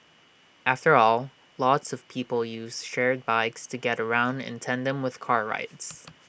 after all lots of people use shared bikes to get around in tandem with car rides